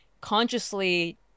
consciously